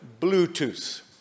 Bluetooth